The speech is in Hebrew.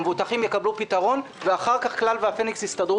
המבוטחים יקבלו פתרון ואחר כך כלל והפניקס יסתדרו